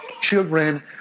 children